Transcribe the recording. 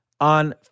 on